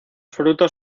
frutos